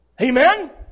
Amen